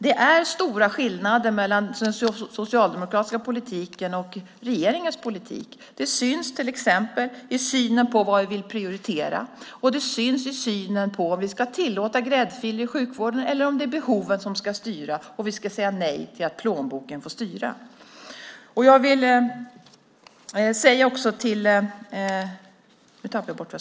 Det är stora skillnader mellan den socialdemokratiska politiken och regeringens politik. Det syns till exempel i synen på vad man vill prioritera, om vi ska tillåta gräddfiler i sjukvården eller om det är behoven som ska styra och vi ska säga nej till att plånboken får styra.